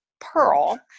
Pearl